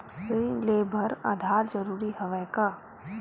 ऋण ले बर आधार जरूरी हवय का?